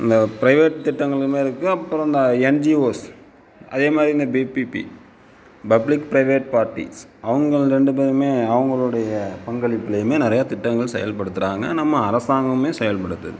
இந்த ப்ரைவேட் திட்டங்களுமே இருக்குது அப்புறம் இந்த என்ஜிஓஸ் அதே மாதிரி இந்த பிபிபி பப்லிக் ப்ரைவேட் பார்ட்டிஸ் அவங்கள் ரெண்டு பேருமே அவர்களுடைய பங்களிப்புலேமே நிறையா திட்டங்களை செயல்படுத்துகிறாங்க நம்ம அரசாங்கமே செயல் படுத்துது